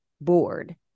board